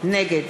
נגד